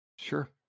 sure